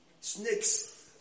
snakes